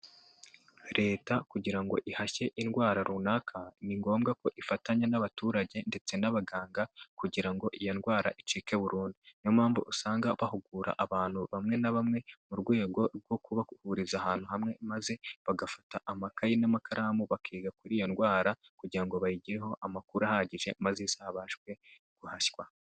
Leta kugira ngo ihashye indwara runaka, ni ngombwa ko ifatanya n'abaturage ndetse n'abaganga kugira ngo iyo ndwara icike burundu, niyo mpamvu usanga bahugura abantu bamwe na bamwe, mu rwego rwo kubahuriza ahantu hamwe maze bagafata amakaye n'amakaramu bakiga kuri iyo ndwara kugira ngo bayigireho amakuru ahagije maze izabashwe guhashywa.